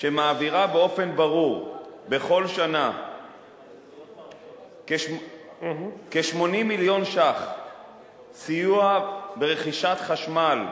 שמעבירה באופן ברור בכל שנה כ-80 מיליון ש"ח סיוע ברכישת חשמל,